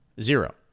Zero